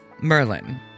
Merlin